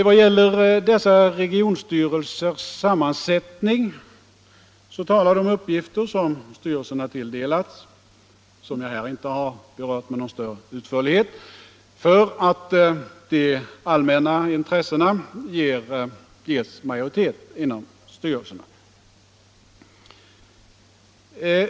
Vad gäller regionstyrelsernas sammansättning talar de uppgifter som styrelserna tilldelats och som jag här inte har berört med någon större utförlighet för att de allmänna intressena ges majoritet inom styrelserna.